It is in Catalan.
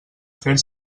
fer